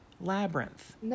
Labyrinth